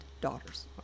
daughters